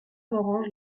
morange